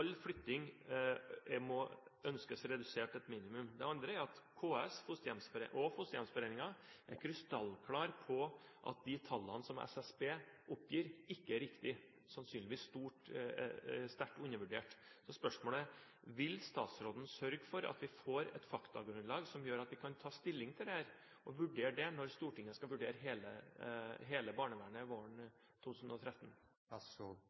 flytting må ønskes redusert til et minimum. Det andre er at KS og Fosterhjemsforeningen er krystallklare på at de tallene som SSB oppgir, ikke er riktige – sannsynligvis sterkt undervurdert. Så spørsmålet blir: Vil statsråden sørge for at vi får et faktagrunnlag som gjør at vi kan ta stilling til dette og vurdere det når Stortinget skal vurdere hele barnevernet